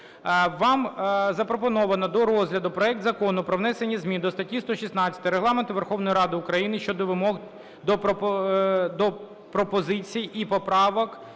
Вам запропоновано до розгляду проект Закону про внесення змін до статті 116 Регламенту Верховної Ради України щодо вимог до пропозицій і поправок